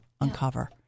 uncover